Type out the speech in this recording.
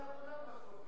מתחתיה בסוף כולם יהיו.